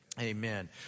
Amen